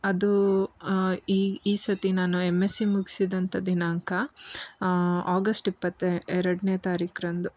ಅದು ಈ ಈ ಸರ್ತಿ ನಾನು ಎಮ್ ಎಸ್ಸಿ ಮುಗಿಸಿದಂಥ ದಿನಾಂಕ ಆಗಸ್ಟ್ ಇಪ್ಪತ್ತ ಎರಡನೇ ತಾರೀಖಿನಂದು